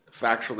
factually